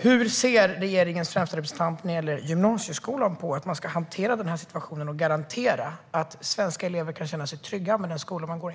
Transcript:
Hur ser regeringens främsta representant när det gäller gymnasieskolan på hur man ska hantera den här situationen och garantera att svenska elever kan sig trygga i den skola de går i?